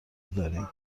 داریم